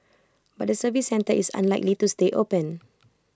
but the service centre is unlikely to stay open